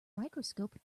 microscope